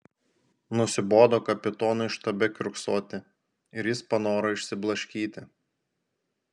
nusibodo kapitonui štabe kiurksoti ir jis panoro išsiblaškyti